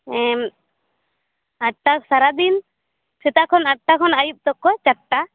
ᱮᱸᱻ ᱟᱴᱼᱴᱟ ᱥᱟᱨᱟᱫᱤᱱ ᱥᱮᱛᱟᱜ ᱠᱷᱚᱱ ᱟᱴᱼᱴᱟ ᱠᱷᱚᱱ ᱟᱹᱭᱩᱵ ᱛᱚᱠ ᱠᱚ ᱪᱟᱨ ᱴᱟ